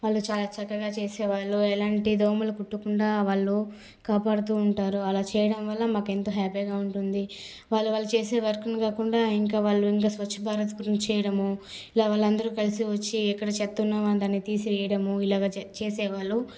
వాళ్ళు చాలా చక్కగా చేసే వాళ్ళు ఎలాంటి దోమలు కుట్టకుండా వాళ్ళు కాపాడుతు ఉంటారు అలా చేయడం వల్ల మాకు ఎంత హ్యాపీగా ఉంటుంది వాళ్ళు వాళ్ళు చేసే వర్క్ని కాకుండా ఇంకా స్వచ్ఛ భారత్ గురించి చేయడము ఇలా వాళ్ళందరు కలిసి వచ్చి ఎక్కడ చెత్త ఉన్నా దాన్ని తీసేయడం ఇలాగ చేసే వాళ్ళు